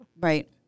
Right